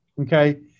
Okay